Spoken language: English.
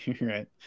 right